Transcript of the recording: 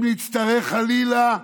אם נצטרך, חלילה,